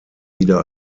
wieder